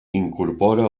incorpora